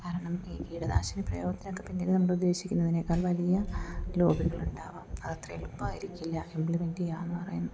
കാരണം ഈ കീടനാശിനി പ്രയോഗത്തിനൊക്കെ പിന്നിൽ നമ്മൾ ഉദ്ദേശിക്കുന്നതിനേക്കാൾ വലിയ ലോബികൾ ഉണ്ടാവാം അത് അത്ര എളുപ്പമായിരിക്കില്ല ഇമ്പ്ലിമെൻ്റ് ചെയ്യാമെന്ന് പറയുന്നത്